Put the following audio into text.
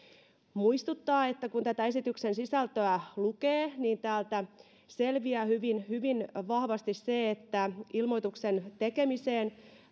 muistuttaa että kun tätä esityksen sisältöä lukee niin täältä selviää hyvin hyvin vahvasti se että ilmoituksen tekemiseen